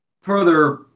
further